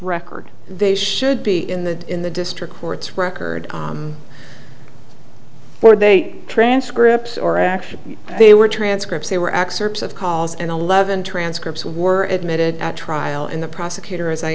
record they should be in the in the district courts record or they transcripts or actually they were transcripts they were excerpts of calls and eleven transcripts were admitted at trial and the prosecutor as i